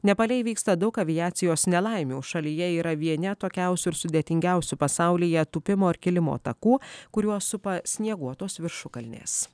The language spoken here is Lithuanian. nepale įvyksta daug aviacijos nelaimių šalyje yra vieni atokiausių ir sudėtingiausių pasaulyje tūpimo ir kilimo takų kuriuos supa snieguotos viršukalnės